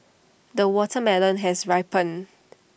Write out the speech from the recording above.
the watermelon has ripened